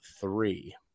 three